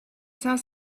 cinq